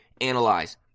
analyze